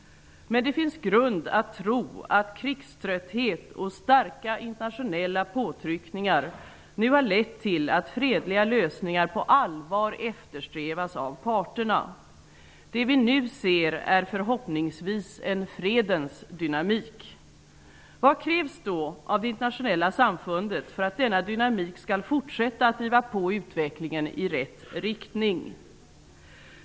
Men det finns grund för att tro att krigströtthet och starka internationella påtryckningar nu har lett till att fredliga lösningar på allvar eftersträvas av parterna. Det vi nu ser är förhoppningsvis en fredens dynamik. Vad krävs då av det internationella samfundet för att denna dynamik skall fortsätta att driva på utvecklingen i rätt riktning?